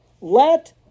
Let